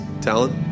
Talent